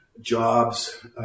jobs